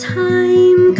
time